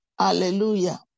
Hallelujah